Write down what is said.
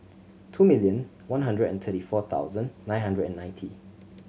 two million one hundred and thirty four thousand nine hundred and ninety